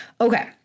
Okay